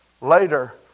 later